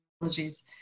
technologies